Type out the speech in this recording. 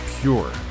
pure